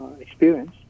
experience